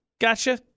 gotcha